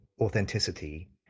authenticity